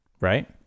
right